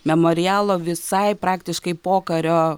memorialo visai praktiškai pokario